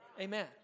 Amen